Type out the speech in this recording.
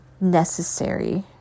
necessary